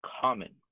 common